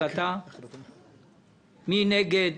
מי נגד?